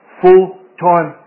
full-time